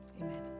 Amen